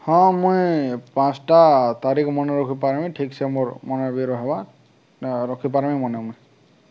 ହଁ ମୁଇଁ ପାଞ୍ଚଟା ତାରିଖ ମନେ ରଖିପାର୍ମି ଠିକ୍ସେ ମୋର ମନେବି ରହେବା ନା ରଖିପାର୍ମି ମନେ ମୁଇଁ